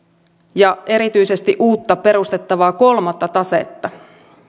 ja erityisesti uutta perustettavaa kolmatta tasetta